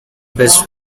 best